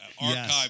archive